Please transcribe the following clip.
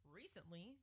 recently